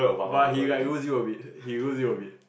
but he like lose you a bit he lose you a bit